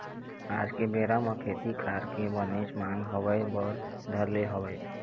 आज के बेरा म खेती खार के बनेच मांग होय बर धर ले हवय